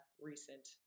recent